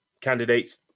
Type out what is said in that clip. candidates